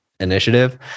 initiative